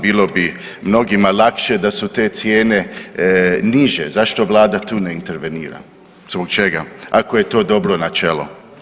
Bilo bi mnogima lakše da su te cijene niže, zašto Vlada tu ne intervenira, zbog čega, ako je to dobro načelo.